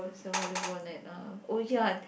is a volleyball net ah oh ya